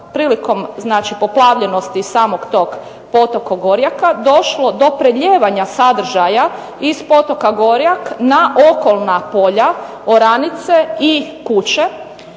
prilikom znači poplavljenosti samog tog potoka Gorjaka došlo do prelijevanja sadržaja iz potoka Gorjak na okolna polja, oranice i kuće